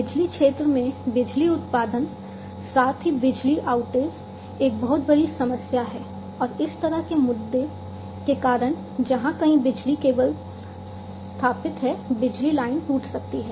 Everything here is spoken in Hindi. बिजली क्षेत्र में बिजली उत्पादन साथ ही बिजली आउटेज एक बहुत बड़ी समस्या है और इस तरह के मुद्दे के कारण जहां कहीं बिजली केबल स्थापित हैं बिजली लाइन टूट सकती है